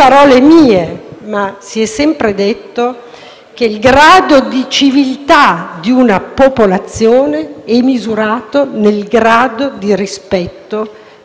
che il grado di civiltà di una popolazione è misurato dal grado di rispetto che gli uomini hanno nei confronti delle donne.